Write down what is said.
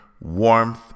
warmth